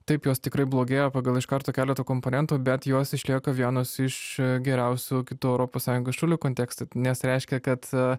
taip jos tikrai blogėjo pagal iš karto keletą komponentų bet jos išlieka vienos iš geriausių kitų europos sąjungos šalių kontekste nes reiškia kad